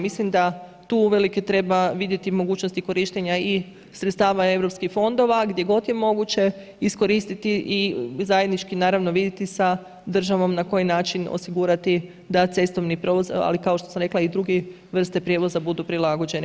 Mislim da tu uvelike treba vidjeti i mogućnosti korištenja i sredstava iz europskih fondova, gdje god je moguće iskoristiti i zajednički naravno vidjeti sa državom na koji način osigurati da cestovni prijevoz, ali kao što sam rekla i druge vrste prijevoza budu prilagođene.